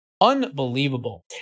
Unbelievable